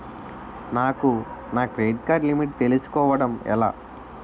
నాకు నా credit card limit తెలుసుకోవడం ఎలా?